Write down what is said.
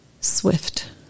swift